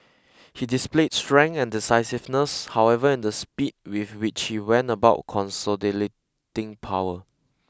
he displayed strength and decisiveness however in the speed with which he went consolidating power